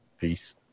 Peace